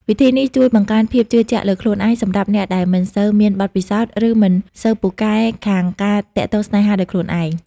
វិធីនេះជួយបង្កើនភាពជឿជាក់លើខ្លួនឯង សម្រាប់អ្នកដែលមិនសូវមានបទពិសោធន៍ ឬមិនសូវពូកែខាងការទាក់ទងស្នេហាដោយខ្លួនឯង។